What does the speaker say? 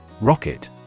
Rocket